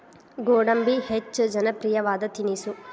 ಗೋಡಂಬಿ ಹೆಚ್ಚ ಜನಪ್ರಿಯವಾದ ತಿನಿಸು